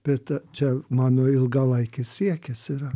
bet čia mano ilgalaikis siekis yra